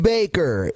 Baker